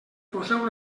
poseu